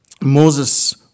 Moses